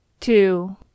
Two